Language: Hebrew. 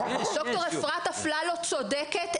ד"ר אפרת אפללו צודקת,